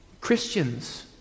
Christians